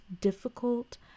difficult